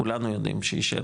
כולנו יודעים שיישאר,